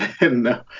No